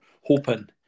hoping